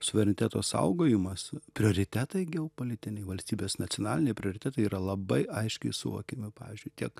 suvereniteto saugojimas prioritetai geopolitiniai valstybės nacionaliniai prioritetai yra labai aiškiai suvokiami pavyzdžiui tiek